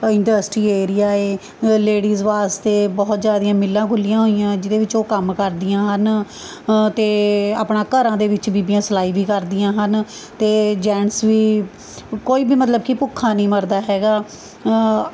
industry area ਹੈ ladies ਵਾਸਤੇ ਬਹੁਤ ਜ਼ਿਆਦੀਆਂ ਮਿੱਲਾਂ ਖੁੱਲ੍ਹੀਆਂ ਹੋਈਆਂ ਜਿਹਦੇ ਵਿੱਚ ਉਹ ਕੰਮ ਕਰਦੀਆਂ ਹਨ ਅਤੇ ਆਪਣਾ ਘਰਾਂ ਦੇ ਵਿੱਚ ਬੀਬੀਆਂ ਸਿਲਾਈ ਵੀ ਕਰਦੀਆਂ ਹਨ ਅਤੇ ਜੈਂਟਸ ਵੀ ਕੋਈ ਵੀ ਮਤਲਬ ਕਿ ਭੁੱਖਾ ਨਹੀਂ ਮਰਦਾ ਹੈਗਾ